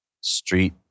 street